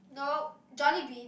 nope jollibean